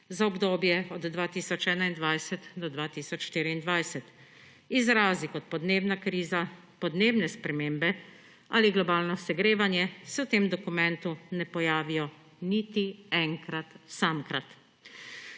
v obdobju 2021–2024. Izrazi kot podnebna kriza, podnebne spremembe ali globalno segrevanje se v tem dokumentu ne pojavijo niti enkrat samkrat.